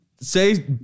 say